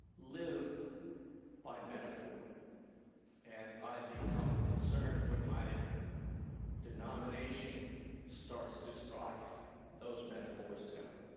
live by metaphor and i become concerned when my denomination starts to strike those metaphors down.